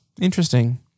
Interesting